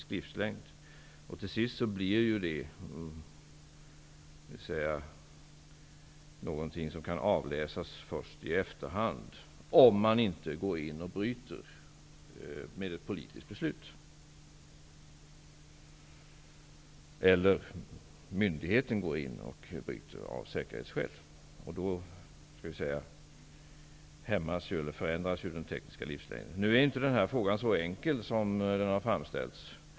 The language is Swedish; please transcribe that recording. Till sist blir det någonting som kan avläsas först i efterhand, om man inte går in och bryter med ett politiskt beslut eller om inte myndigheten går in och bryter av säkerhetsskäl. Då förändras den tekniska livslängden. Nu är den här frågan inte så enkel som den har framställts.